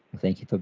thank you so